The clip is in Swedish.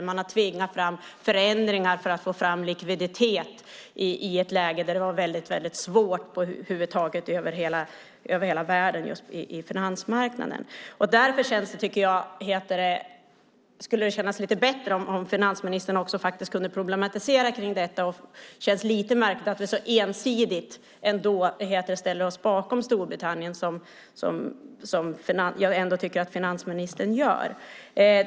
Man har tvingat fram förändringar för att få fram likviditet i ett läge där det var väldigt svårt över huvud taget över hela världen på finansmarknaden. Därför skulle det kännas lite bättre om finansministern kunde problematisera kring detta. Det känns lite märkligt att vi så ensidigt ställer oss bakom Storbritannien, som jag tycker att finansministern gör.